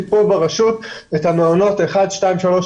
יש לי כאן ברשות את המעונות האלה והאלה